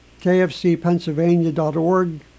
kfcpennsylvania.org